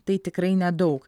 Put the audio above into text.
tai tikrai nedau